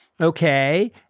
okay